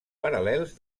paral·lels